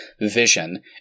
vision